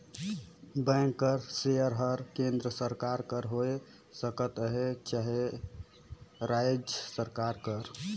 bank कर share हर केन्द्र सरकार कर होए सकत अहे चहे राएज सरकार कर